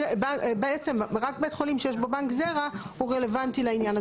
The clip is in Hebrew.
בעצם רק בית חולים שיש בו בנק זרע הוא רלוונטי לעניין הזה.